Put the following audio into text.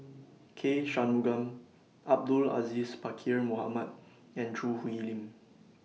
K Shanmugam Abdul Aziz Pakkeer Mohamed and Choo Hwee Lim